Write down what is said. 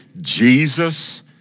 Jesus